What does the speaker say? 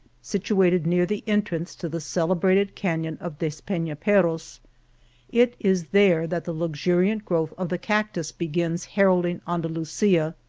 situated near the entrance to the celebrated canon of de speiiaperros. it is there that the luxuriant growth of the cactus begins heralding anda lusia,